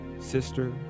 sister